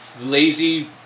lazy